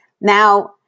Now